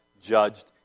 judged